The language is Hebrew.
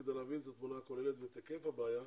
כדי להבין את התמונה הכוללת ואת היקף הבעיה,